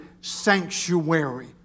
sanctuary